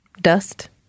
dust